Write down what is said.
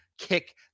kick